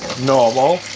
normal,